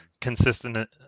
consistent